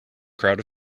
crowd